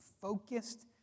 focused